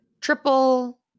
triple